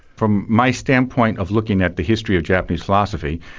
from my standpoint of looking at the history of japanese philosophy,